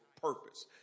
purpose